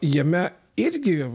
jame irgi